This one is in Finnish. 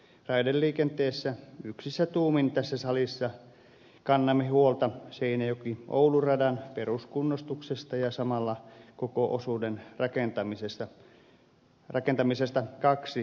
raideliikenteessä yksissä tuumin tässä salissa kannamme huolta seinäjokioulu radan peruskunnostuksesta ja samalla koko osuuden rakentamisesta kaksiraiteiseksi